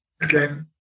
Again